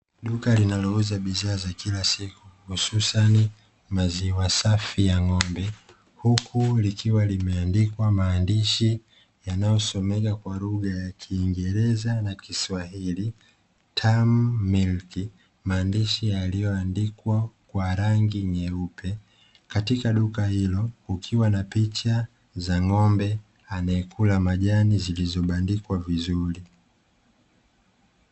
Duka linalouza bidhaa za kila siku, hususa ni; maziwa safi ya ng'ombe, huku likiwa limeandikwa maandishi yanayosomeka kwa lugha ya Kiingereza na Kiswahili "Tamu Milk", maandishi yaliyoandikwa kwa rangi nyeupe katika duka hilo, kukiwa na picha za ng'ombe anayekula majani, zilizobandikwa vizuri.